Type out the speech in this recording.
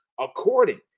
According